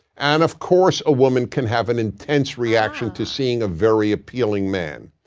and of course a woman can have an intense reaction to seeing a very appealing man.